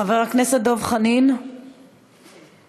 חבר הכנסת דב חנין, בבקשה.